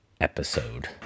episode